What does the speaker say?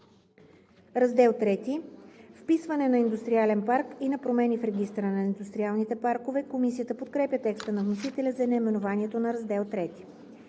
„Раздел III – Вписване на индустриален парк и на промени в Регистъра на индустриалните паркове“. Комисията подкрепя текста на вносителя за наименованието на Раздел